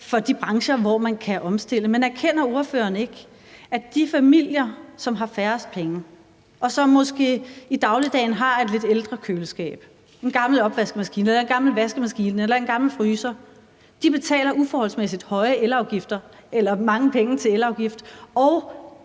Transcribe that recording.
for de brancher, hvor man kan omstille. Men erkender ordføreren ikke, at de familier, som har færrest penge, og som måske har et lidt ældre køleskab, en gammel opvaskemaskine, en gammel vaskemaskine eller en gammel fryser, betaler uforholdsmæssigt høje elafgifter, og at det også for